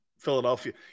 Philadelphia